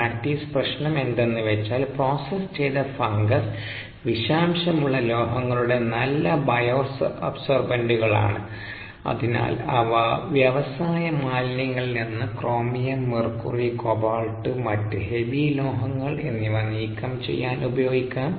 practice പ്രശ്നം എന്തെന്ന് വെച്ചാൽ പ്രോസസ് ചെയ്ത ഫംഗസ് വിഷാംശം ഉള്ള ലോഹങ്ങളുടെ നല്ല ബയോസോർബന്റുകളാണ് അതിനാൽ അവ വ്യവസായ മാലിന്യങ്ങളിൽ നിന്ന് ക്രോമിയം മെർക്കുറി കോബാൾട്ട് മറ്റ് ഹെവി ലോഹങ്ങൾ എന്നിവ നീക്കം ചെയ്യാൻ ഉപയോഗിക്കാം